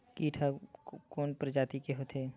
कीट ह कोन प्रजाति के होथे?